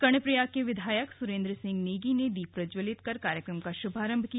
कर्णप्रयाग से विधायक सुरेंद्र सिंह नेगी ने दीप प्रज्जवलित कर कार्यक्रम का शुभारंभ किया